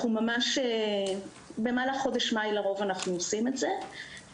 אנחנו לרוב עושים את זה במהלך חודש מאי,